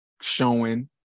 showing